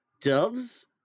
Doves